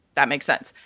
that makes sense.